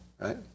right